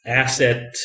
asset